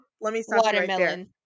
watermelon